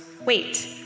Wait